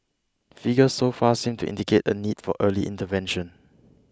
figures so far seem to indicate a need for early intervention